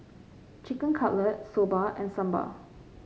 Chicken Cutlet Soba and Sambar